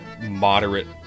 moderate